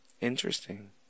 Interesting